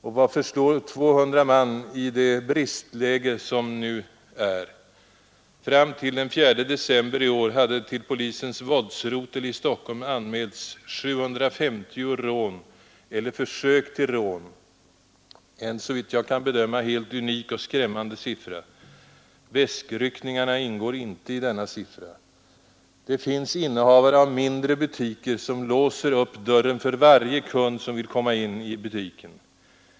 Och vad förslår 200 man i det bristläge som nu är? Fram till den 4 december i år hade till polisens våldsrotel i Stockholm anmälts 750 rån eller försök till rån en såvitt jag kan bedöma helt unik och skrämmande siffra. Väskryckningarna ingår inte i denna siffra. Det finns innehavare av mindre butiker som låser upp dörren för varje kund som vill komma in i butiken.